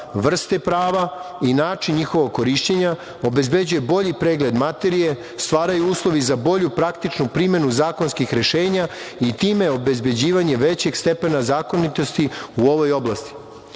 vrste prava i način njihovog korišćenja, obezbeđuje bolji pregled materije, stvaraju uslovi za bolju praktičnu primenu zakonskih rešenja i time obezbeđivanje većeg stepena zakonitosti u ovoj oblasti. Osnovni